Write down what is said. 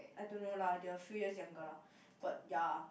I don't know lah they are few years younger lah but ya